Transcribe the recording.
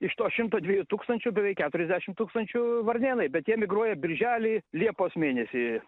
iš to šimto dviejų tūkstančių beveik keturiasdešim tūkstančių varnėnai bet jie migruoja birželį liepos mėnesį